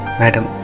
madam